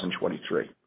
2023